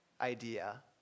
idea